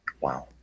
Wow